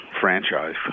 franchise